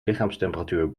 lichaamstemperatuur